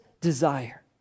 desire